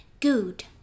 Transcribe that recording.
good